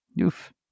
Oof